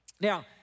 Now